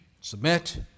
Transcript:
Submit